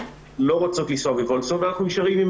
לא רוצות לנסוע -- -ואנחנו נשארים עם